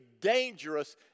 dangerous